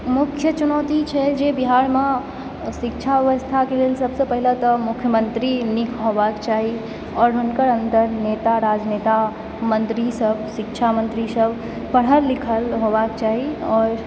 मुख्य चुनौती छै जे बिहारमऽ शिक्षा व्यवस्थाके लेल सभसँ पहिले तऽ मुख्यमंत्री नीक हेबाक चाही आओर हुनकर अन्दर नेता राजनेता मंत्रीसभ शिक्षा मन्त्रीसभ पढ़ल लिखल हेबाक चाही आओर